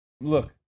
look